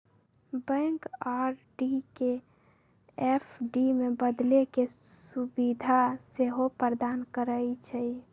bank RD के FD में बदले के सुभीधा सेहो प्रदान करइ छइ